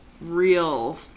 real